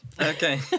Okay